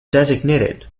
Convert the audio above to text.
designated